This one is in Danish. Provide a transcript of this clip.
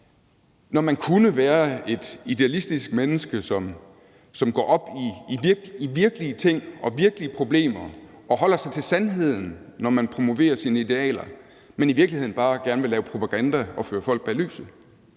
når man kunne være et idealistisk menneske, som går op i virkelige ting og virkelige problemer og holder sig til sandheden, når man promoverer sine idealer, men så i stedet i virkeligheden bare gerne vil lave propaganda og føre folk bag lyset,